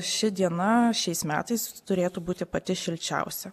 ši diena šiais metais turėtų būti pati šilčiausia